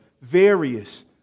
various